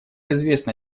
известно